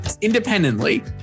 independently